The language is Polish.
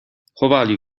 chowali